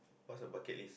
what's your bucket list